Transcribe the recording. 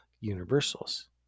universals